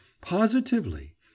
Positively